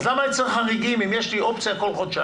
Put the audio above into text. אז למה אני צריך חריגים אם יש לי אופציה לעבור כל חודשיים?